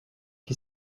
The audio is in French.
qui